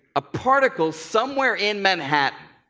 a particle somewhere in manhattan.